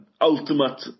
ultimate